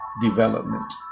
development